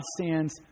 stands